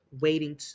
waiting